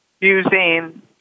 using